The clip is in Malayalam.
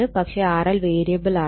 പക്ഷെ RL വേരിയബിൾ ആണ്